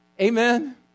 Amen